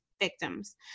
victims